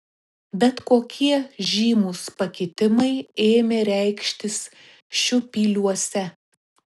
bet kokie žymūs pakitimai ėmė reikštis šiupyliuose